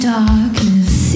darkness